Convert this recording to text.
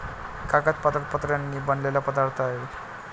कागद पातळ पत्र्यांनी बनलेला पदार्थ आहे